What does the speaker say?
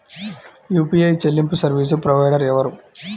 UPI చెల్లింపు service provider ఎవరు?